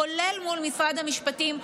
כולל מול משרד המשפטים,